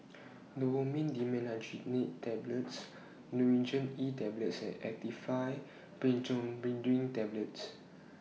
Novomin Dimenhydrinate Tablets Nurogen E Tablet and Actifed Tablets